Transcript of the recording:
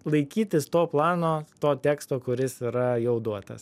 laikytis to plano to teksto kuris yra jau duotas